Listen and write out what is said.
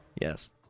Yes